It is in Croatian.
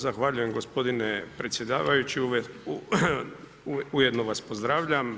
Zahvaljujem gospodine predsjedavajući, ujedno vas pozdravljam.